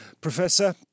Professor